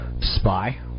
Spy